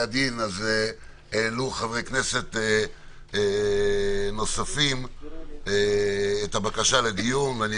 הדין העלו חברי כנסת נוספים את הבקשה לדיון: